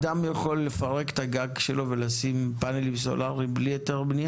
אדם יכול לפרק את הגג שלו ולשים פאנלים סולאריים בלי היתר בנייה?